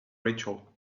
rachel